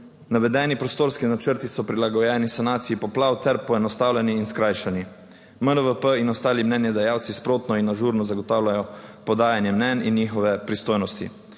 Navedeni prostorski načrti so prilagojeni sanaciji poplav ter poenostavljeni in skrajšani. MNVP in ostali mnenjedajalci sprotno in ažurno zagotavljajo podajanje mnenj in njihove pristojnosti.